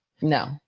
No